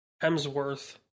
Hemsworth